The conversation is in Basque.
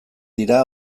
dira